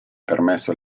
permesso